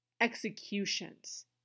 executions